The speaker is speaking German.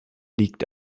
liegt